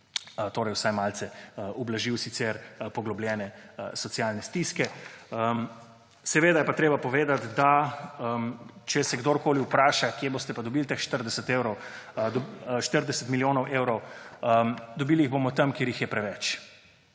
lahko vsaj malce ublažil sicer poglobljene socialne stiske. Seveda je treba povedati, če se kdorkoli vpraša, od kod bomo pa dobili teh 40 milijonov evrov – dobili jih bomo tam, kjer jih je preveč,